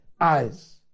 eyes